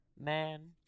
Man